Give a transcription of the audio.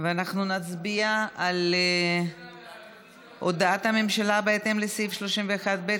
ואנחנו נצביע על הודעת הממשלה בהתאם לסעיף 31(ב)